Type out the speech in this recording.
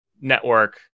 network